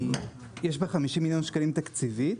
-- שיש בה 50 מיליון שקלים תקציבית,